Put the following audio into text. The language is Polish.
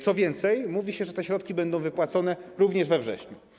Co więcej, mówi się, że te środki będą wypłacone również we wrześniu.